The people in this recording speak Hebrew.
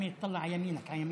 בהצלחה לחבר הכנסת סמי אבו שחאדה.